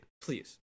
Please